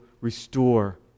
restore